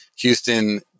Houston